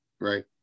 Right